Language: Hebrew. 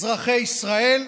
אזרחי ישראל,